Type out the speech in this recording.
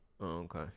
Okay